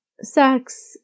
sex